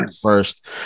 first